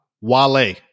Wale